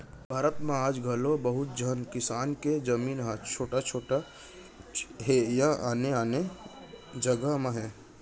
भारत म आज घलौ बहुत झन किसान के जमीन ह छोट छोट हे या आने आने जघा म हे